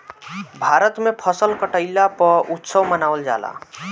भारत में फसल कटईला पअ उत्सव मनावल जाला